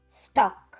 stock